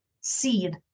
Seed